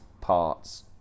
parts